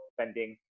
spending